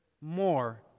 more